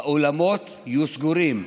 האולמות יהיו סגורים.